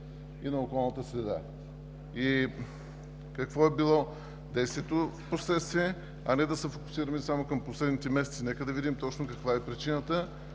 и на околната среда? Какво е било действието впоследствие? Да не се фокусираме само към последните месеци. Нека да видим точно каква е причината,